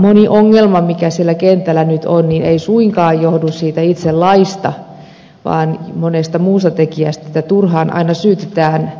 moni ongelma mikä siellä kentällä nyt on ei suinkaan johdu siitä itse laista vaan monesta muusta tekijästä joten turhaan aina syytetään lakia